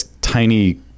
tiny